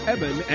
Evan